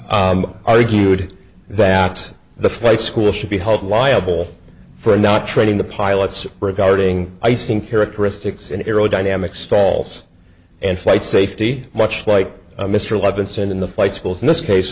and argued that the flight school should be held liable for not training the pilots regarding icing characteristics and aerodynamics stalls and flight safety much like mr levinson in the flight schools in this case